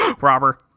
robber